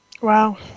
Wow